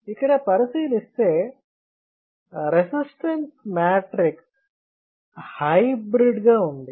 ఇక్కడ పరిశీలిస్తే resistance matrix hybrid గా ఉంది